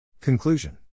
Conclusion